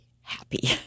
happy